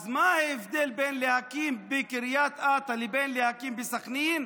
אז מה ההבדל בין להקים בקריית אתא לבין להקים בסח'נין?